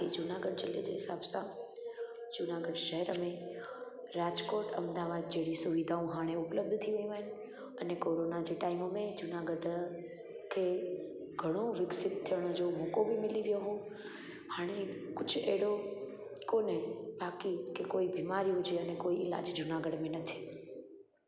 जूनागढ़ जिले जे हिसाब सां जूनागढ़ शहर में राजकोट अहमदाबाद जहिड़ी सुविधाऊं हाणे उपलब्ध थी वियूं आहिनि अने कोरोना जे टाइम में जूनागढ़ त खे घणो विकसित थियण जो मौक़ो मिली बि वियो हो हाणे कुझु अहिड़ो कोन्हे बाक़ी के कोई बीमारी हुजे अने कोई इलाजु जूनागढ़ में न थिए